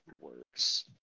works